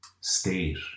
state